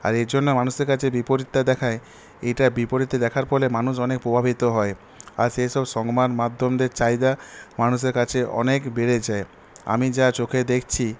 আর এই জন্য মানুষের কাছে বিপরীতটা দেখায় এটা বিপরীতটা দেখার ফলে মানুষ অনেক প্রভাবিত হয় আর সেই সব সংবাদমাধ্যমদের চাহিদা মানুষের কাছে অনেক বেড়েছে আমি যা চোখে দেখছি